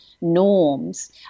norms –